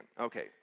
okay